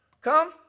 come